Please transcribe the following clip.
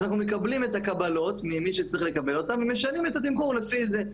אז אנחנו מקבלים את הקבלות ממי שצריך ומשנים את התמחור לפי זה.